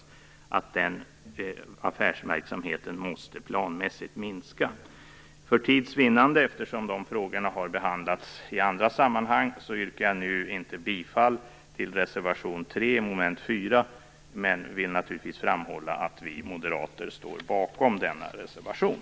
Vi anser att den affärsverksamheten planmässigt måste minska. Eftersom dessa frågor har behandlats i andra sammanhang och för tids vinnande yrkar jag nu inte bifall till reservation 3 under mom. 4, men jag vill naturligtvis framhålla att vi moderater står bakom denna reservation.